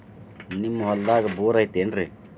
ನಿಮ್ಮ ಹೊಲ್ದಾಗ ಬೋರ್ ಐತೇನ್ರಿ?